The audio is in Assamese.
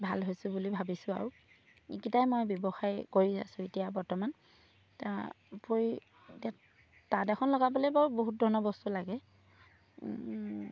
ভাল হৈছোঁ বুলি ভাবিছোঁ আৰু এইকেইটাই মই ব্যৱসায় কৰি আছো এতিয়া বৰ্তমান তাৰ উপৰি এতিয়া তাঁত এখন লগাবলৈ বাৰু বহুত ধৰণৰ বস্তু লাগে